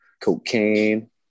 cocaine